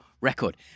record